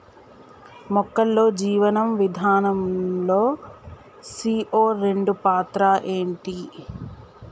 మొక్కల్లో జీవనం విధానం లో సీ.ఓ రెండు పాత్ర ఏంటి?